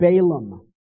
Balaam